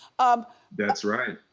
um that's right,